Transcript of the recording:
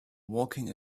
walking